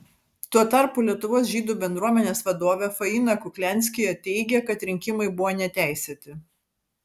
tuo tarpu lietuvos žydų bendruomenės vadovė faina kuklianskyje teigia kad rinkimai buvo neteisėti